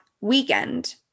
weekend